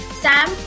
Sam